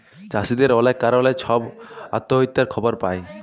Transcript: চাষীদের অলেক কারলে ছব আত্যহত্যার খবর পায়